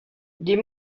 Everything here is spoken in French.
des